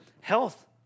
health